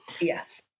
Yes